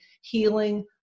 healing